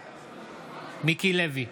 בעד מיקי לוי,